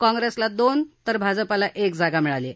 काँग्रेसला दोन जागा तर भाजपाला एक जागा मिळाली आहे